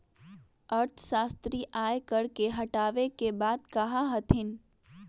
अर्थशास्त्री आय कर के हटावे के बात कहा हथिन